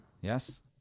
Yes